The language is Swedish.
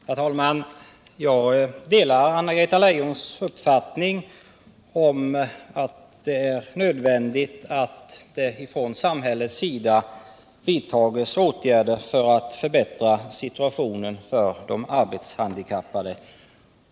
Herr talman! Jag delar Anna-Greta Leijons uppfattning att det är nödvändigt att samhället vidtar åtgärder för att förbättra situationen för de arbetshandikappade.